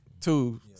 Two